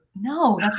No